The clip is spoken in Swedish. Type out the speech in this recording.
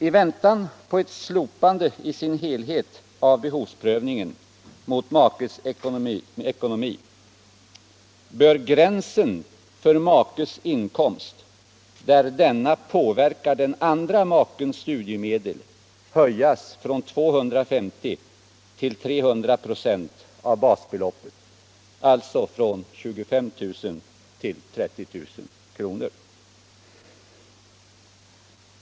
I väntan på ett slopande i sin helhet av behovsprövningen mot makes ekonomi bör gränsen för makes inkomst där denna påverkar den andra makens studiemedel höjas från 250 till 300 96 av basbeloppet, alltså från 25 000 till 30 000 kr.